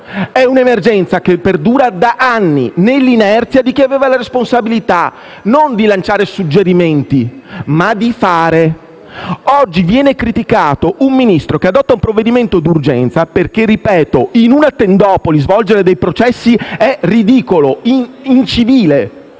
di un'emergenza che perdura da anni, nell'inerzia di chi aveva la responsabilità non di lanciare suggerimenti, ma di fare. Oggi viene criticato un Ministro che adotta un provvedimento di urgenza, perché - ripeto - svolgere dei processi in una